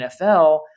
NFL